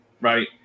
right